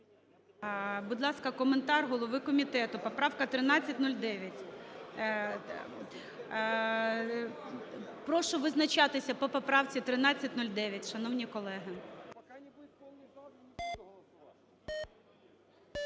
Будь ласка, коментар голови комітету, поправка 1309. Прошу визначатися по поправці 1309, шановні колеги.